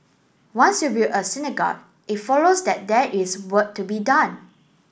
once you build a synagogue it follows that there is work to be done